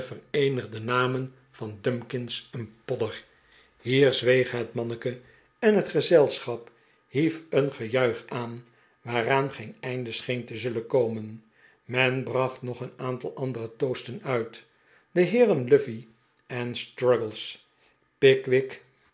vereenigde namen van dumkins en podder hier zweeg het manneke en het gezelschap hief een gejuich aan waaraan geen einde scheen te zullen komen men bracht nog een aantal andere toasten uit de heeren luffey en struggles pickwick